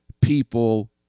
people